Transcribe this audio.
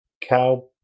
cow